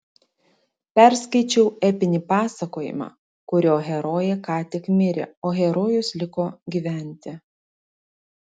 perskaičiau epinį pasakojimą kurio herojė ką tik mirė o herojus liko gyventi